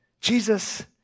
Jesus